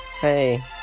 Hey